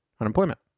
unemployment